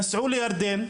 הם נסעו לירדן,